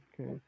okay